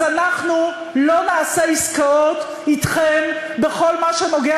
אז אנחנו לא נעשה עסקאות אתכם בכל מה שנוגע